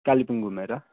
कालिम्पोङ घुमेर